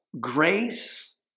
Grace